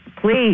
Please